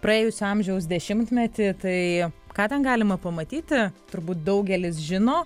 praėjusio amžiaus dešimtmetį tai ką ten galima pamatyti turbūt daugelis žino